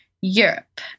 europe